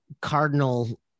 cardinal